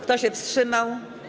Kto się wstrzymał?